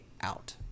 out